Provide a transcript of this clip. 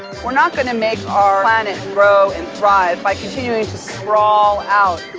we're not gonna make our planet grow and thrive by continuing to sprawl out.